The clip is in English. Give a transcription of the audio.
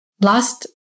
Last